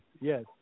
Yes